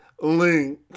Link